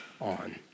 on